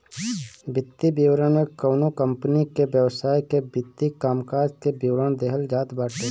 वित्तीय विवरण में कवनो कंपनी के व्यवसाय के वित्तीय कामकाज के विवरण देहल जात बाटे